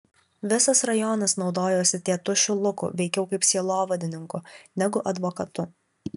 visas rajonas naudojosi tėtušiu luku veikiau kaip sielovadininku negu advokatu